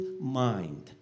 mind